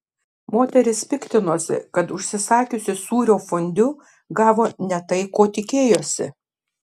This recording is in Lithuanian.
moteris piktinosi kad užsisakiusi sūrio fondiu gavo ne tai ko tikėjosi